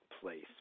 place